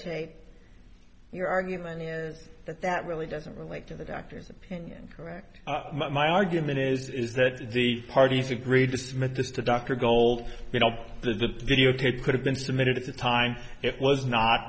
tape your argument is that that really doesn't relate to the doctor's opinion correct my argument is that the parties agreed to submit that the dr gold you know the videotape could have been submitted at the time it was not